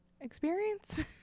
experience